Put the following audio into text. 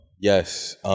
Yes